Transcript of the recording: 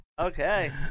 Okay